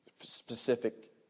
specific